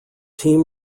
team